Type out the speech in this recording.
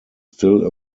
still